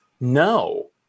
no